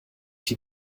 die